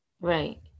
right